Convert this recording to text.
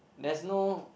there's no